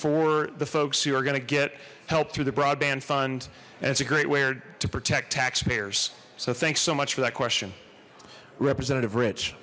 for the folks who are gonna get help through the broadband fund and it's a great way to protect taxpayers so thanks so much for that question representative rich